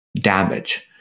damage